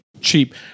cheap